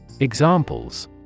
Examples